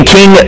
King